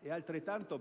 È altrettanto